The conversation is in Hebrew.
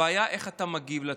הבעיה היא איך אתה מגיב לטרור.